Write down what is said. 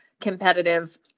Competitive